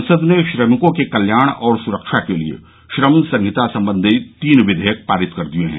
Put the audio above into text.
संसद ने श्रमिकों के कल्याण और सुरक्षा के लिए श्रम संहिता संबंधी तीन विधेयक पारित कर दिए हैं